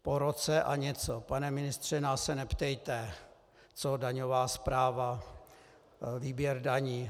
Po roce a něco, pane ministře, nás se neptejte, co daňová správa, výběr daní.